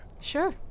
Sure